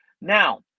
now